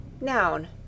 Noun